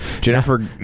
Jennifer